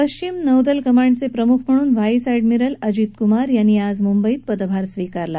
पश्चिम नौदल कमांडचे प्रमुख म्हणून व्हाईस अॅडमिरल अजित कुमार यांनी आज मुंबईत पदभार स्विकारला